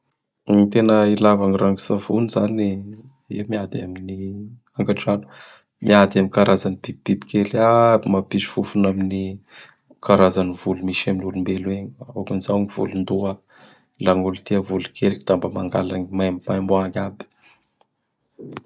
Gn tena ilava gny ranotsavony izany da i miady amign' angadrano. Miady amin'ny karazan'ny bibibiby kely aby mampisy fofona amin'gn karazan'gny volo misy amin'olombelo egny, hôkin'izao, gn volondoha. Lahagn'olo tia manalava gn volok'eliky da mba mangala gn maimbomaimbo agny ab.